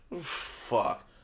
Fuck